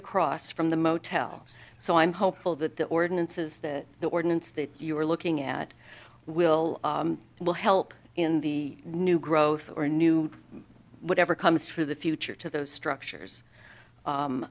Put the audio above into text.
across from the motel so i'm hopeful that the ordinances that the ordinance that you are looking at will and will help in the new growth or new whatever comes for the future to those structures